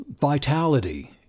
vitality